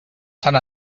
sant